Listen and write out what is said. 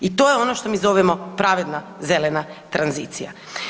I to je ono što mi zovemo pravedna zelena tranzicija.